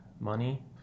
money